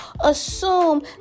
Assume